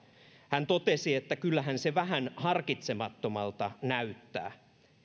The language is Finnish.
hän totesi että kyllähän se vähän harkitsemattomalta näyttää